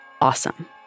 awesome